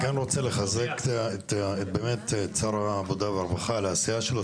אני רוצה לחזק את שר העבודה והרווחה על העשייה שלו,